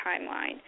timeline